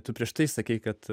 tu prieš tai sakei kad